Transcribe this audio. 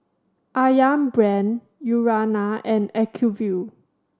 Ayam Brand Urana and Acuvue